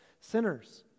sinners